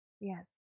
Yes